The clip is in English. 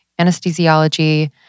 anesthesiology